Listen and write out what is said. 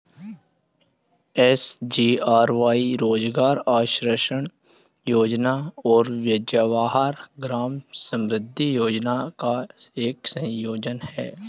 SGRY रोजगार आश्वासन योजना और जवाहर ग्राम समृद्धि योजना का एक संयोजन है